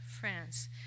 France